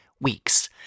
weeks